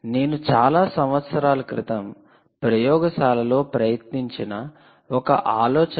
నేను చాలా సంవత్సరాల క్రితం ప్రయోగశాలలో ప్రయత్నించిన ఒక ఆలోచనను చూపించబోతున్నాను